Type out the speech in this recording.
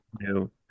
new